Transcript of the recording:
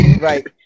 right